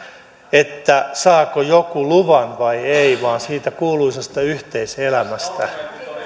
että saako joku luvan vai ei vaan siitä kuuluisasta yhteiselämästä